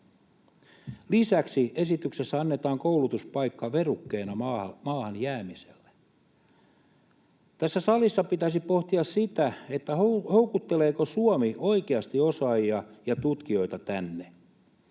Lisäksi esityksessä annetaan koulutuspaikka verukkeena maahan jäämiselle. Tässä salissa pitäisi pohtia sitä, houkutteleeko Suomi oikeasti osaajia ja tutkijoita tänne